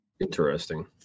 Interesting